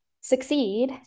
succeed